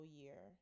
year